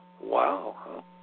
Wow